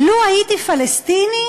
לו הייתי פלסטיני,